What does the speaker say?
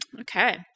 Okay